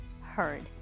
heard